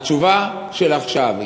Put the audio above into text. התשובה של עכשיו,